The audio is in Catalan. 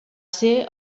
ser